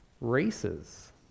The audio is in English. races